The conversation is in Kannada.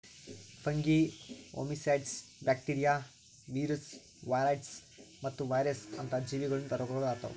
fungi, oomycetes, bacteria, virus, viroids ಮತ್ತ ವೈರಸ್ ಅಂತ ಜೀವಿಗೊಳಿಂದ್ ರೋಗಗೊಳ್ ಆತವ್